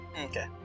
Okay